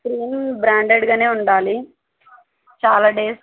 screen బ్రాండెడ్గానే ఉండాలి చాలా డేస్